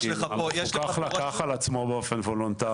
המפוקח לקח על עצמו באופן וולונטרי.